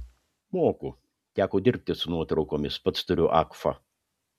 moku teko dirbti su nuotraukomis pats turiu agfa